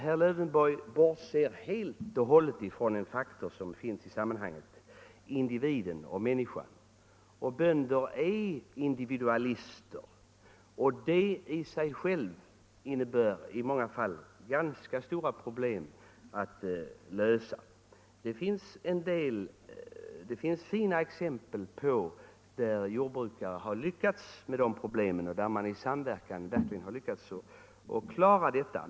Herr Lövenborg bortser helt och hållet från en faktor i sammanhanget: individen och människan. Bönder är individualister, och det i sig självt innebär i många fall ganska stora problem. Det finns fina exempel på jordbrukare, som i samverkan har lyckats lösa problemen.